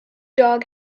dog